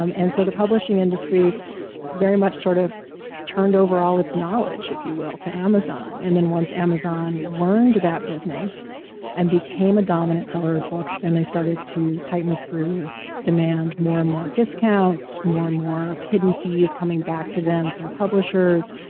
um and so the publishing industry very much sort of turned over all its knowledge, if you will, to amazon. and once amazon learned that business and became a dominant seller of books then they started to tighten the screws, demand more and more discounts, more and more hidden fees coming back to them from publishers.